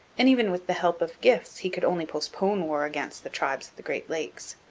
and even with the help of gifts he could only postpone war against the tribes of the great lakes.